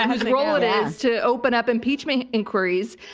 whose role it is to open up impeachment inquiries.